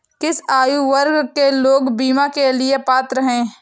किस आयु वर्ग के लोग बीमा के लिए पात्र हैं?